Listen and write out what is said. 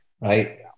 right